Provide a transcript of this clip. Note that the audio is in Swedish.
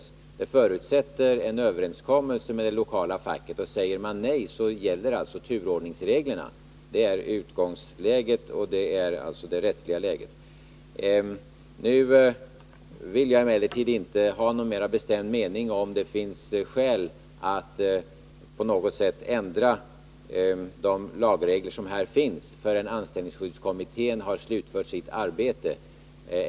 Ett undantag från lagen förutsätter en överenskommelse med det lokala facket. Säger facket nej gäller alltså turordningsreglerna i lagen. Det är det rättsliga läget. Jag vill inte ha någon mer bestämd mening i frågan om det finns skäl att på något sätt ändra de lagregler som finns, förrän anställningsskyddskommittén slutfört sitt arbete.